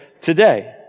today